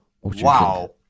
Wow